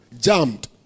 jammed